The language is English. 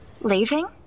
leaving